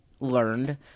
learned